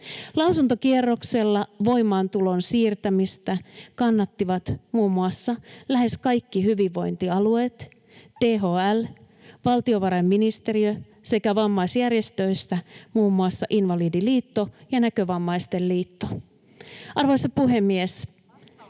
Lausuntokierroksella voimaantulon siirtämistä kannattivat muun muassa lähes kaikki hyvinvointialueet, THL, valtiovarainministeriö sekä vammaisjärjestöistä muun muassa Invalidiliitto ja Näkövammaisten liitto. [Krista Kiuru